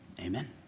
Amen